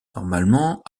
normalement